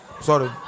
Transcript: sorry